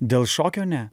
dėl šokio ne